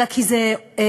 אלא כי זה אלקטרוני,